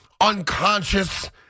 unconscious